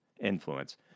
influence